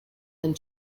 and